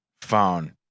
phone